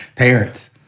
Parents